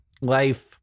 life